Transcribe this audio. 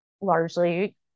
largely